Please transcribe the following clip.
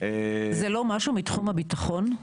זה לא משהו מתחום הביטחון?